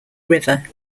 river